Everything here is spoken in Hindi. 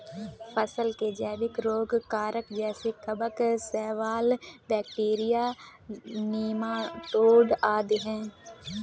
फसल के जैविक रोग कारक जैसे कवक, शैवाल, बैक्टीरिया, नीमाटोड आदि है